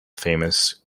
famous